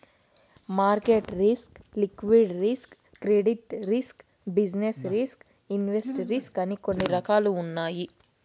market risk liquidity risk credit risk business risk invest risk అని కొన్ని రకాలున్నాయి